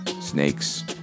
snakes